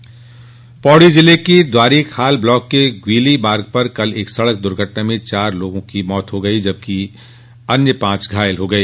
दुर्घटना पौड़ी जिले के द्वारीखाल ब्लॉक के ग्वीली मार्ग पर कल एक सड़क द्वर्घटना में चार लोगों की मृत्य हो गई जबकि अन्य पांच घायल हो गए